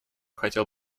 хотел